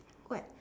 what